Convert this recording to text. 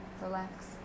relax